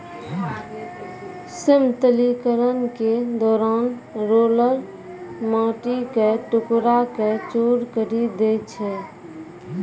समतलीकरण के दौरान रोलर माटी क टुकड़ा क चूर करी दै छै